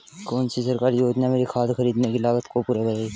कौन सी सरकारी योजना मेरी खाद खरीदने की लागत को पूरा करेगी?